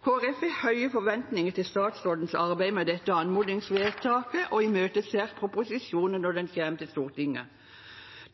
har høye forventninger til statsrådens arbeid med dette anmodningsvedtaket, og imøteser proposisjonen når den kommer til Stortinget.